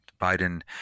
Biden